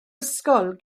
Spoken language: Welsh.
ysgol